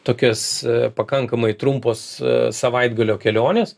tokias pakankamai trumpos savaitgalio kelionės